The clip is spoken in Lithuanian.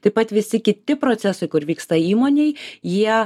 taip pat visi kiti procesai kur vyksta įmonėj jie